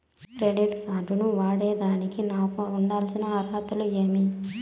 Credit card ను వాడేదానికి నాకు ఉండాల్సిన అర్హతలు ఏమి?